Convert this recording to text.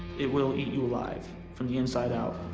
it will eat you alive from the inside out.